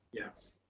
yes.